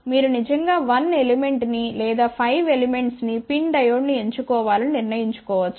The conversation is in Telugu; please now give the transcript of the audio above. మీరు నిజంగా 1 ఎలిమెంట్ ని లేదా 5 ఎలిమెంట్స్ ని PIN డయోడ్ను ఎంచుకోవాలని నిర్ణయించుకోవచ్చు